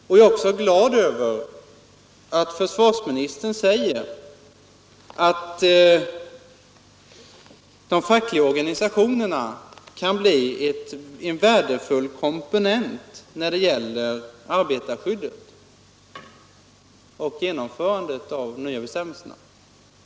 Jag är också glad över att försvarsministern säger att de fackliga organisationerna kan bli en värdefull komponent då det gäller arbetarskyddet och genomförandet av de nya bestämmelserna.